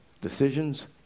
decisions